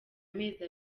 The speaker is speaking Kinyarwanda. amezi